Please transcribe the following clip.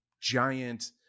giant